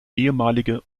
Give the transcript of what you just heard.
ehemalige